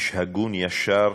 איש הגון, ישר